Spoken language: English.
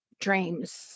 dreams